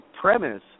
premise